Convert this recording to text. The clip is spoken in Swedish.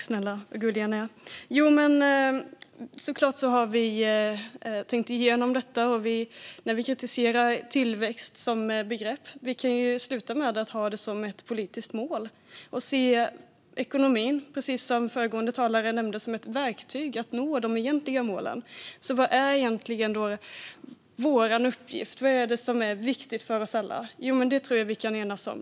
Fru talman! Vi har såklart tänkt igenom detta när vi kritiserar tillväxt som begrepp. Vi kan ju sluta med att ha det som ett politiskt mål och se ekonomin, precis som föregående talare nämnde, som ett verktyg för att nå de egentliga målen. Så vad är då egentligen vår uppgift? Vad är det som är viktigt för oss alla? Det tror jag att vi kan enas om.